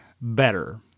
better